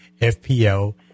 FPL